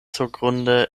surgrunde